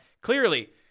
clearly